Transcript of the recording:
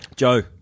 Joe